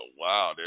wow